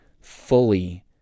fully